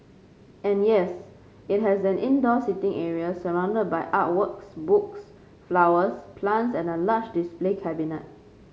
and yes it has an indoor seating area surrounded by art works books flowers plants and a large display cabinet